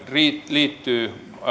liittyy